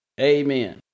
Amen